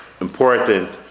important